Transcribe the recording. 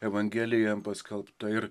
evangelija jam paskelbta ir